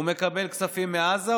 הוא מקבל כספים מעזה,